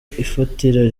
ifatira